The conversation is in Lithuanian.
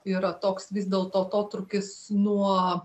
yra toks vis dėlto atotrūkis nuo